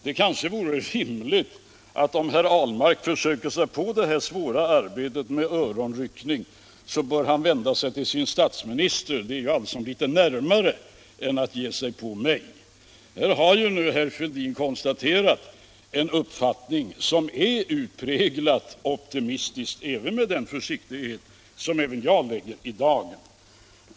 Det kanske vore rimligt, om herr Ahlmark försöker sig på det svåra arbetet med öronryckning, att han i första hand vände sig till sin statsminister — det är litet närmare till honom än det är att ge sig på mig. Här har ju herr Fälldin nyss konstaterat en uppfattning som jag betraktar som optimistisk — även med den försiktighet som också jag lägger i dagen.